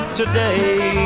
today